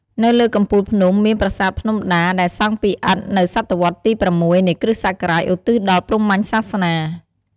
នៅលើកំពូលភ្នំមាន ប្រាសាទភ្នំដា ដែលសង់ពីឥដ្ឋនៅសតវត្សទី ៦ នៃគ.ស. ឧទ្ទិសដល់ព្រហ្មញ្ញសាសនា។